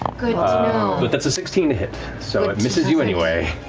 but that's a sixteen to hit, so it misses you anyway.